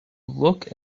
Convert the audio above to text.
look